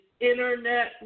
internet